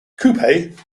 coupe